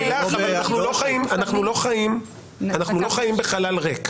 לא חיים בחלל ריק.